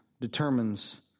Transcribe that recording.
determines